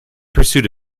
pursuit